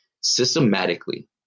systematically